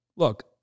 look